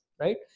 right